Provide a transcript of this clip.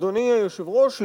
אדוני היושב-ראש,